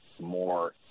more